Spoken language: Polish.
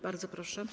Bardzo proszę.